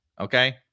Okay